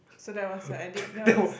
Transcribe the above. so there was a edit that was his